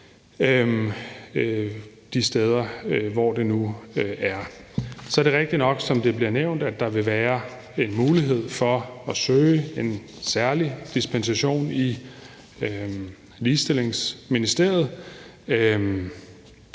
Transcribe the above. de steder, hvor det nu foregår. Kl. 13:29 Så er det rigtigt nok, som det er blevet nævnt, at der vil være en mulighed for at søge om at få en særlig dispensation fra Ligestillingsministeriet.